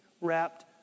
wrapped